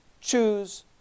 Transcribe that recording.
choose